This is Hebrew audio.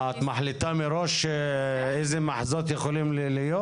את מחליטה מראש איזה מחזות יכולים להיות?